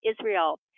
Israel